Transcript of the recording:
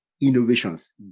innovations